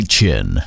Chin